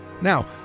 Now